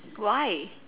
why